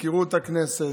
למזכירות הכנסת,